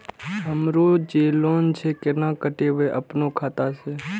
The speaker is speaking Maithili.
हमरो जे लोन छे केना कटेबे अपनो खाता से?